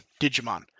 Digimon